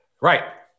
Right